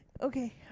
okay